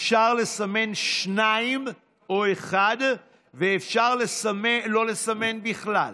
אפשר לסמן שניים או אחד ואפשר לא לסמן בכלל.